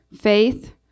Faith